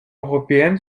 européenne